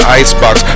icebox